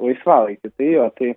laisvalaikiu tai jo tai